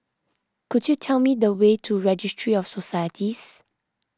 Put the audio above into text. could you tell me the way to Registry of Societies